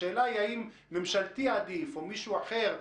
השאלה היא ממשלתי עדיף או מישהו אחר,